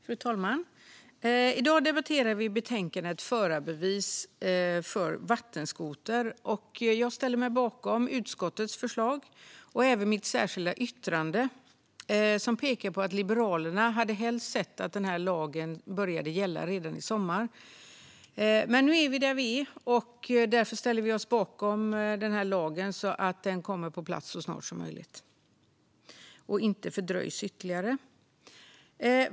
Fru talman! I dag debatterar vi betänkandet TU12 Förarbevis för vattenskoter . Jag ställer mig bakom utskottets förslag och även mitt särskilda yttrande, som pekar på att Liberalerna helst hade sett att den nya lagen började gälla redan i sommar. Men nu är vi där vi är, och därför ställer vi oss bakom den här lagen så att den kommer på plats så snart som möjligt och inte fördröjs ytterligare.